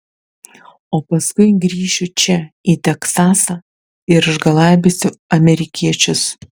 o paskui grįšiu čia į teksasą ir išgalabysiu amerikiečius